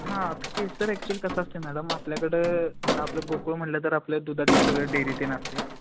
हां केसर ॲक्च्युली कसं असते मॅडम आपल्याकडं आता आपलं गोकुळ म्हणलं तर आपल्या दुधाचे सगळं डेरी तेन असतात